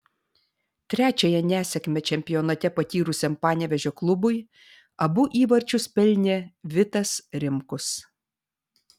trečiąją nesėkmę čempionate patyrusiam panevėžio klubui abu įvarčius pelnė vitas rimkus